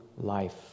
life